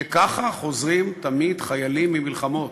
שככה חוזרים תמיד חיילים ממלחמות.